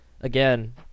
again